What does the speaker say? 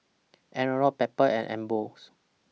Anello Pampers and Ambros